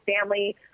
family